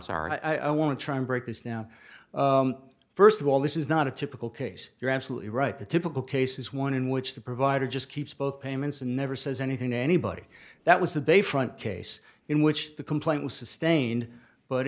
sorry i want to try and break this down first of all this is not a typical case you're absolutely right the typical case is one in which the provider just keeps both payments and never says anything to anybody that was that they front case in which the complaint was sustained but